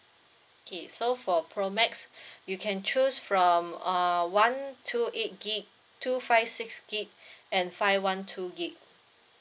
okay so for pro max you can choose from err one two eight gig two five six gig and five one two gig